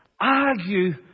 Argue